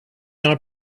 our